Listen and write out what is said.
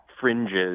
fringes